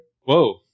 Whoa